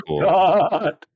God